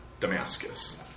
Damascus